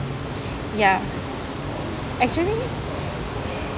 ya actually